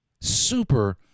super